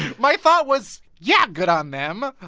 my thought was yeah, good on them. ah